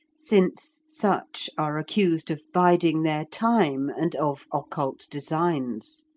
since such are accused of biding their time and of occult designs.